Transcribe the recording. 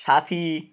সাথী